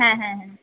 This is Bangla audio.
হ্যাঁ হ্যাঁ হ্যাঁ